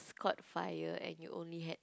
caught fire and you only had